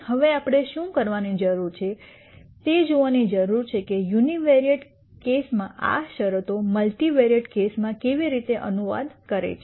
હવે આપણે શું કરવાની જરૂર છે તે જોવાની જરૂર છે કે યુનિવેરિયેટ કેસમાં આ શરતો મલ્ટિવેરિયેટ કેસમાં કેવી રીતે અનુવાદ કરે છે